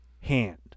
hand